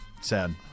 Sad